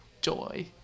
joy